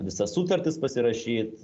visas sutartis pasirašyt